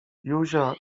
józia